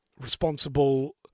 responsible